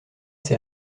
sais